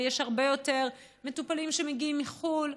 ויש הרבה יותר מטופלים שמגיעים מחו"ל,